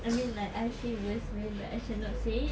I mean like I've seen worst man but I shall not say it